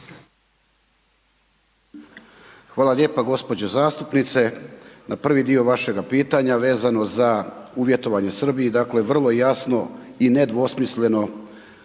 Hvala lijepo gospođa zastupnice. Na prvi dio vašega pitanja, vezano za uvjetovanje Srbiji, dakle, vrlo je jasno i nedvosmisleno,